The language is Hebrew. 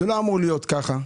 זה לא אמור להיות כך.